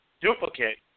duplicate